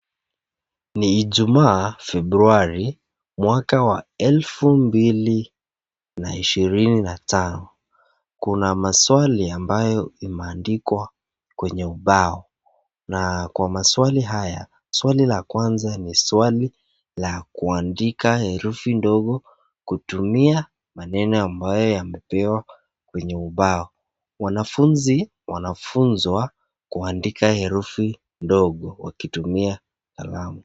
Ni ijumaa, februari mwaka wa elfu mbili na ishirini na tano. Kuna maswali ambayo imeandikwa kwenye ubao na kwa maswali haya, swali la kwanza ni swali la kuandika herufi ndogo kutumia maneno ambayo yaliyo kwenye ubao. Wanafunzi wanafunzwa kuandika herufi ndogo wakitumia kalamu.